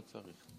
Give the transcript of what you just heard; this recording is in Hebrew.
לא צריך.